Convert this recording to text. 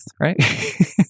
right